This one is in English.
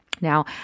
Now